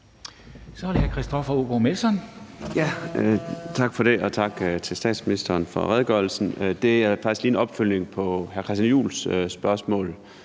Kl. 10:18 Christoffer Aagaard Melson (V): Tak for det, og tak til statsministeren for redegørelsen. Det er faktisk en opfølgning på hr. Christian Juhls spørgsmål.